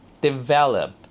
develop